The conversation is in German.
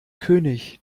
könig